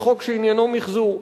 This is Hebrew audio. לחוק שעניינו מיחזור.